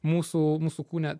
mūsų mūsų kūne